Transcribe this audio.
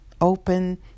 open